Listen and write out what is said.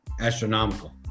astronomical